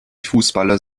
fußballer